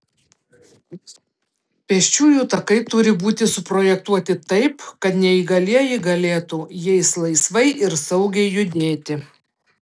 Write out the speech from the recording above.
pėsčiųjų takai turi būti suprojektuoti taip kad neįgalieji galėtų jais laisvai ir saugiai judėti